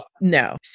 no